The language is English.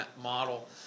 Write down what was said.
model